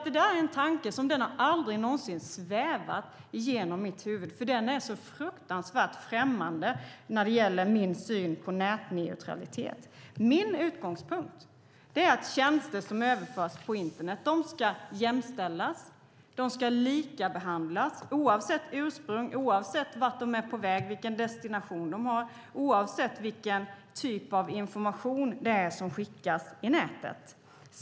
Det där är en tanke som aldrig någonsin har svävat genom mitt huvud, för den är så fruktansvärt främmande för min syn på nätneutralitet. Min utgångspunkt är att tjänster som överförs på internet ska jämställas och likabehandlas, oavsett ursprung, vart de är på väg, vilken destination de har och vilken typ av information det är som skickas i nätet.